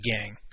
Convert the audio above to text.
gang